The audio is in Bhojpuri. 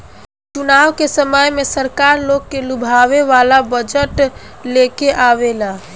चुनाव के समय में सरकार लोग के लुभावे वाला बजट लेके आवेला